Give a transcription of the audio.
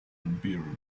unbearable